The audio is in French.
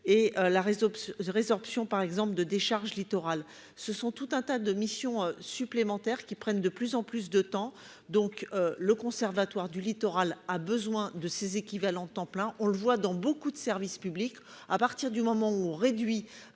de résorption par exemple de décharge littoral ce sont tout un tas de missions supplémentaires qui prennent de plus en plus de temps donc. Le conservatoire du littoral a besoin de ses équivalents temps plein. On le voit dans beaucoup de services publics à partir du moment où on réduit